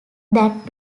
that